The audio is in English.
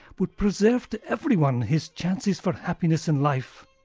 would preserve to everyone his chances for happiness in life,